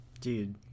Dude